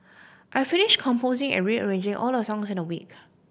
I finished composing and rearranging all the songs in a week